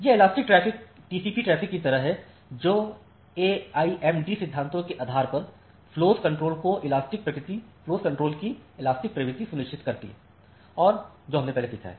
यहइलास्टिक traffic TCP traffic की तरह है जो एआईएमडी सिद्धांत के आधार पर फ्लोस कंट्रोल की इलास्टिक प्रकृति सुनिश्चित करते हैं जो हमने पहले सीखा है